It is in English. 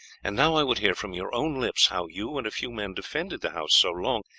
and now i would hear from your own lips how you and a few men defended the house so long,